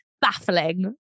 baffling